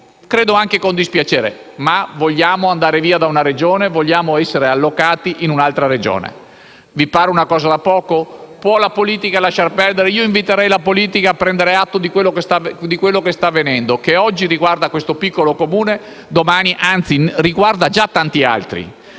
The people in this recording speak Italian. credo anche con dispiacere, che vuole andar via da una Regione ed essere allocato in un'altra. Vi pare una cosa da poco? Può la politica lasciar perdere? Inviterei la politica a prendere atto di quello che sta avvenendo, che oggi riguarda questo piccolo Comune, ma che riguarda già tanti altri.